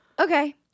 okay